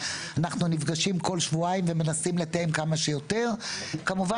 הדעת לשאלה למה זה ניתן רק